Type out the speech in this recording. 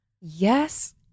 Yes